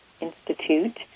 Institute